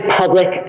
public